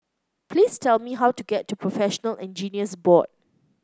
please tell me how to get to Professional Engineers Board